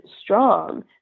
strong